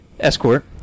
escort